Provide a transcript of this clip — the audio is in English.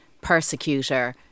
persecutor